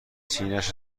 سینهاش